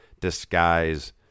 disguise